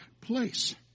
place